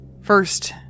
First